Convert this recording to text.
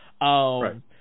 Right